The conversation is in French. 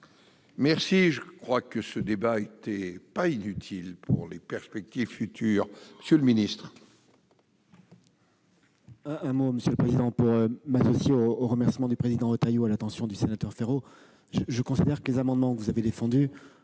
Merci ! Je crois que ce débat n'était pas inutile pour des perspectives futures. La parole est